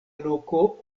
loko